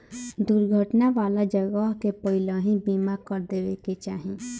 दुर्घटना वाला जगह के पहिलही बीमा कर देवे के चाही